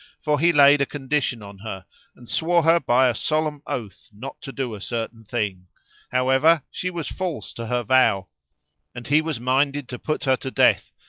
for he laid a condition on her and swore her by a solemn oath not to do a certain thing however, she was false to her vow and he was minded to put her to death,